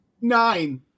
Nine